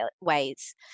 ways